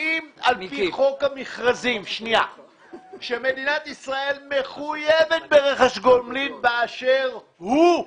האם על פי חוק המכרזים מדינת ישראל מחויבת ברכש גומלין באשר הוא,